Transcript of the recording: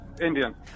Indian